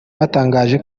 batangaza